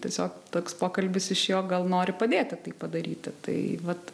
tiesiog toks pokalbis išėjo gal nori padėti tai padaryti tai vat